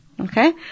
Okay